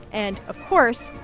and, of course,